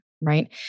right